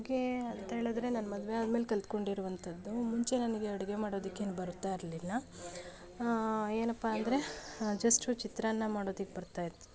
ಅಡುಗೆ ಅಂಥೇಳಿದರೆ ನನ್ನ ಮದುವೆ ಆದ್ಮೇಲೆ ಕಳ್ತ್ಕೊಂಡಿರುವಂಥದ್ದು ಮುಂಚೆ ನನಗೆ ಅಡುಗೆ ಮಾಡೋದಕ್ಕೇನು ಬರುತ್ತಾಯಿರ್ಲಿಲ್ಲ ಏನಪ್ಪ ಅಂದರೆ ಜಸ್ಟು ಚಿತ್ರಾನ್ನ ಮಾಡೋದಕ್ಕೂ ಬರ್ತಾಯಿತ್ತು